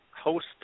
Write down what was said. host